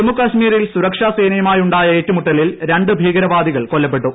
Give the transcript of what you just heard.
ജമ്മു കശ്മീരിൽ സുരക്ഷ് സേനയുമായുണ്ടായ ഏറ്റുമുട്ടലിൽ രണ്ട് ഭീകരവാദികൾ കൊല്ലപ്പെട്ടു